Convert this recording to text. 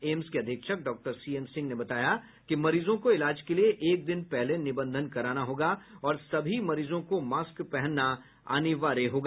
AIIMS के अधीक्षक doctor C M Singh ने बताया कि मरीजों को इलाज के लिए एक दिन पहले निबंधन कराना होगा और सभी मरीजों को मास्क पहनना अनिवार्य होगा